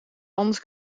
anders